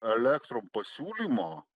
elektrum pasiūlymo